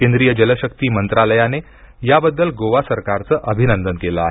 केंद्रीय जलशक्ती मंत्रालयाने याबद्दल गोवा सरकारचं अभिनंदन केलं आहे